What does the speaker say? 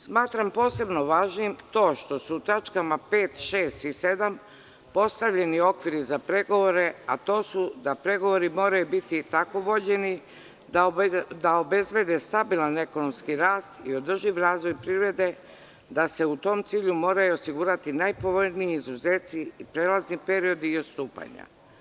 Smatram posebno važnim to što su u tačkama 5, 6. i 7. postavljeni okviri za pregovore, a to su da pregovori moraju biti tako vođeni da obezbede stabilan ekonomski rast i održiv razvoj privrede, da se u tom cilju moraju osigurati najpovoljniji izuzeci i prelazni periodi i odstupanja.